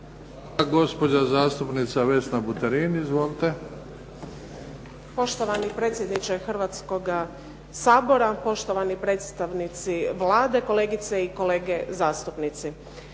Gospođa zastupnica Vesna Buterin. Izvolite. **Buterin, Vesna (HDZ)** Poštovani predsjedniče Hrvatskoga sabora, poštovani predstavnici Vlade, kolegice i kolege zastupnici.